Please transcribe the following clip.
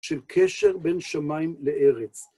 של קשר בין שמיים לארץ.